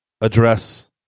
address